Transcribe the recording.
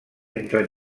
entre